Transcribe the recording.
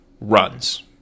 runs